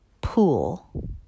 pool